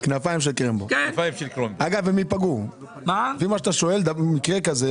לפי מה שאתה שואל במקרה כזה,